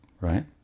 Right